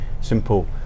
simple